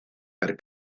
per